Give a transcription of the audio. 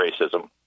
racism